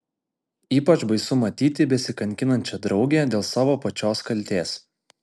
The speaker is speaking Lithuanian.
ypač baisu matyti besikankinančią draugę dėl savo pačios kaltės